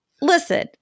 Listen